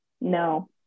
no